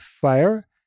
fire